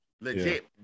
legit